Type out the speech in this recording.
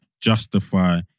justify